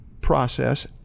Process